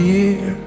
year